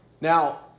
Now